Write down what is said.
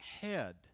head